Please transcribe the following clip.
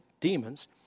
demons